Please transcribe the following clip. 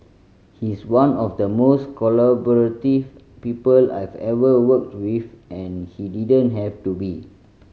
he's one of the most collaborative people I've ever worked with and he didn't have to be